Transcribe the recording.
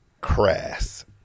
crass